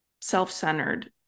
self-centered